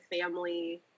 family